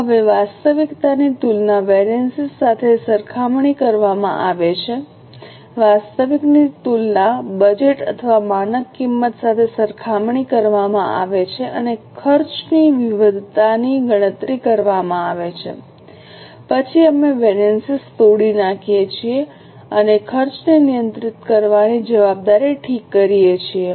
હવે વાસ્તવિકની તુલના વેરિએન્સીસ સાથે સરખામણી કરવામાં આવે છે વાસ્તવિકની તુલના બજેટ અથવા માનક કિંમત સાથે સરખામણી કરવામાં આવે છે અને ખર્ચની વિવિધતાની ગણતરી કરવામાં આવે છે પછી અમે વેરિએન્સીસ તોડી નાખીએ છીએ અને ખર્ચને નિયંત્રિત કરવાની જવાબદારી ઠીક કરીએ છીએ